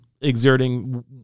exerting